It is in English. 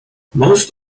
most